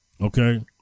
okay